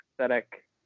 aesthetic